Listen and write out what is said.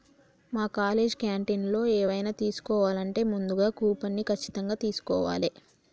మా కాలేజీ క్యాంటీన్లో ఎవైనా తీసుకోవాలంటే ముందుగా కూపన్ని ఖచ్చితంగా తీస్కోవాలే